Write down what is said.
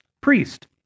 priest